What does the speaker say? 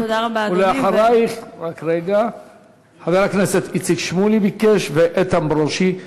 אחרייך, חבר הכנסת איציק שמולי ביקש, ואיתן ברושי.